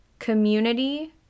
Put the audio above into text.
Community